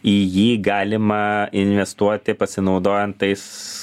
į jį galima investuoti pasinaudojant tais